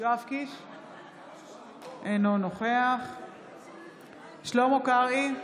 אינו נוכח שלמה קרעי,